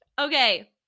Okay